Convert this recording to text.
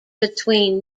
between